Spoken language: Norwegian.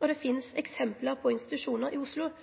Det finst eksempel på institusjonar i Oslo